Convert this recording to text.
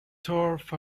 turf